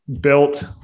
built